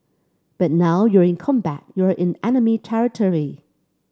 but now you're in combat you're in enemy territory